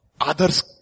others